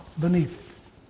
beneath